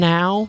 Now